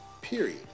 period